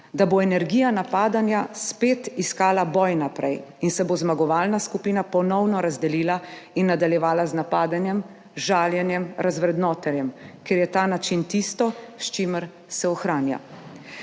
da bo energija napadanja spet iskala boj naprej in se bo zmagovalna skupina ponovno razdelila in nadaljevala z napadanjem, žaljenjem, razvrednotenjem, ker je ta način tisto, s čimer se ohranja.